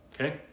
Okay